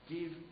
Give